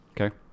Okay